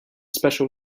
special